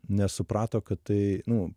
nes suprato kad tai nu